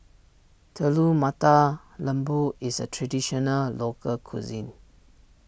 Telur Mata Lembu is a Traditional Local Cuisine